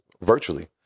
virtually